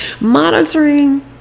monitoring